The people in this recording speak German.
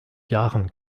jahren